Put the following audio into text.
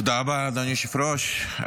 תודה רבה, אדוני היושב-ראש.